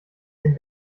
den